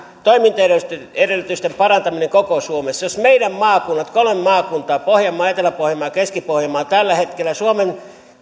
toimintaedellytysten parantaminen koko suomessa jos meidän kolme maakuntaamme pohjanmaa etelä pohjanmaa ja keski pohjanmaa ovat tällä hetkellä suomen